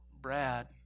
Brad